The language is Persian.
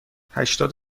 هشتاد